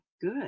good